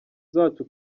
zacu